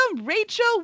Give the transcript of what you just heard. Rachel